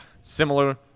similar